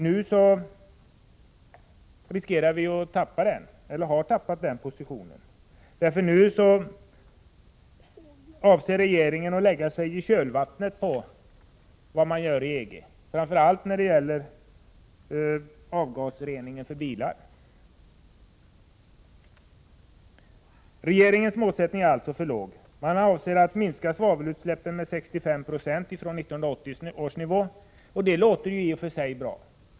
Nu riskerar vi att förlora den positionen — ja, vi har förlorat den — för nu avser regeringen att lägga sig i kölvattnet på EG och vad som där görs, framför allt när det gäller avgasreningen för bilar. Regeringens målsättning är alltså för låg. Man avser att minska svavelutsläppen med 65 9o från 1980 års nivå, och det låter ju i och för sig bra.